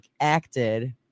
acted